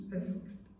effort